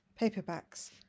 paperbacks